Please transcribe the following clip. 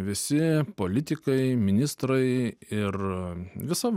visi politikai ministrai ir visa